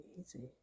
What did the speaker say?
easy